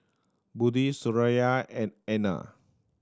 Budi Suraya and Aina